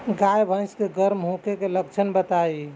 गाय भैंस के गर्म होखे के लक्षण बताई?